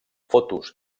fotos